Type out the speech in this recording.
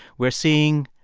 we're seeing,